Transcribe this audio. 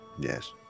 yes